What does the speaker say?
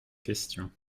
question